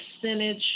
percentage